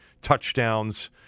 touchdowns